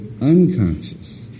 unconscious